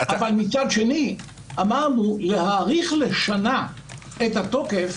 אבל מצד שני אמרנו, להאריך לשנה את התוקף